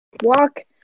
Walk